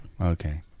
okay